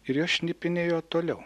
ir jo šnipinėjo toliau